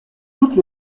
toutes